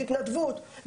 בהתנדבות.